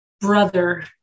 brother